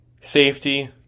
safety